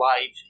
life